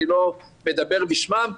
אני לא מדבר בשמם.